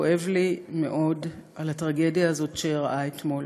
כואב לי מאוד על הטרגדיה הזאת שאירעה אתמול.